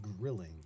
grilling